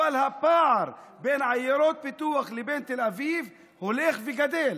אבל הפער בין עיירות הפיתוח לבין תל אביב הולך וגדל.